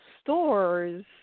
stores